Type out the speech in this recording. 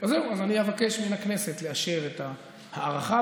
אז זהו, אני אבקש מהכנסת לאשר את הארכה.